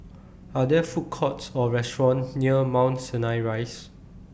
Are There Food Courts Or restaurants near Mount Sinai Rise